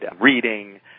reading